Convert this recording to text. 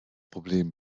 problem